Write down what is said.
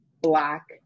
Black